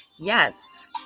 Yes